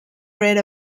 rid